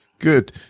Good